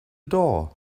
door